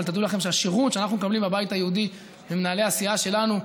אבל תדעו לכם שהשירות שאנחנו מקבלים בבית היהודי ממנהלי הסיעה שלנו,